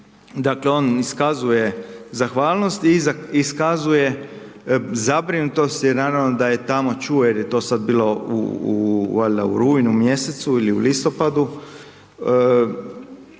Dakle, on iskazuje zahvalnost i iskazuje zabrinutost jer naravno da je tamo čuo jer je to sad bilo u valjda u rujnu mjesecu ili u listopadu,